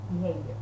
behavior